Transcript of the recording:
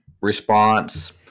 response